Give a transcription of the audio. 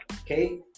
Okay